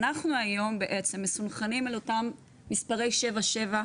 אנחנו היום בעצם מסונכרנים על אותם מספרי 77,